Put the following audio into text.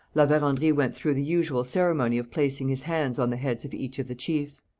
la verendrye went through the usual ceremony of placing his hands on the heads of each of the chiefs.